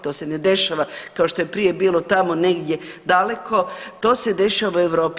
To se ne dešava kao što je prije bilo tamo negdje daleko, to se dešava u Europi.